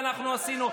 ואנחנו עשינו,